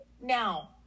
now